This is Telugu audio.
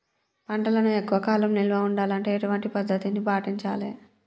పంటలను ఎక్కువ కాలం నిల్వ ఉండాలంటే ఎటువంటి పద్ధతిని పాటించాలే?